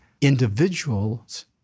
individuals